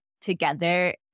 together